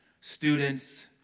Students